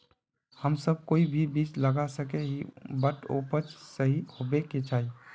हम सब कोई भी बीज लगा सके ही है बट उपज सही होबे क्याँ चाहिए?